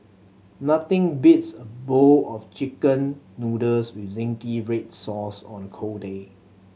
nothing beats a bowl of Chicken Noodles with zingy red sauce on a cold day